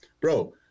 Bro